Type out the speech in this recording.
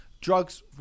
drugs